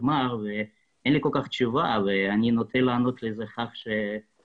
אני רוצה לברך את הנוכחים ביום העלייה שזה